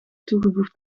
toegevoegd